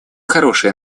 хорошее